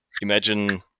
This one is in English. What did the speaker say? imagine